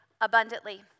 abundantly